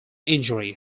injury